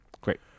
Great